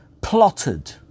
plotted